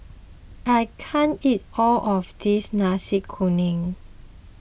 I can't eat all of this Nasi Kuning